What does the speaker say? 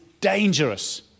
dangerous